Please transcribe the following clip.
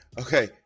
okay